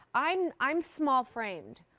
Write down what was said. i'm i'm small framed.